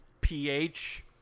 PH